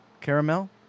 Caramel